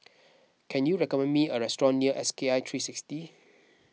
can you recommend me a restaurant near S K I three sixty